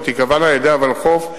שתיקבענה על-ידי הוולחו"ף,